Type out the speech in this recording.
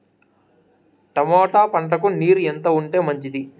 Tomato పంటకు నీరు ఎంత ఉంటే మంచిది?